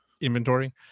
inventory